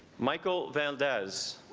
michael valdes